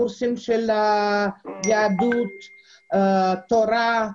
קורסים של יהדות ותורה.